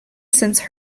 since